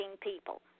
people